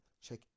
check